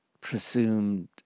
presumed